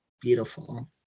beautiful